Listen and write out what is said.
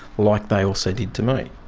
like they also did to me.